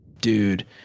dude